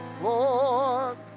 Lord